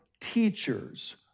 teachers